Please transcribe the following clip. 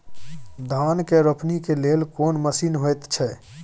धान के रोपनी के लेल कोन मसीन होयत छै?